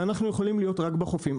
ואנחנו יכולים להיות רק בחופים,